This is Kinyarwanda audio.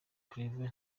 claver